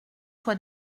soi